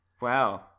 Wow